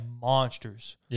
monsters